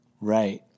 Right